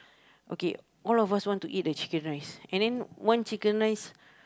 okay all of us want to eat the chicken rice and then one chicken rice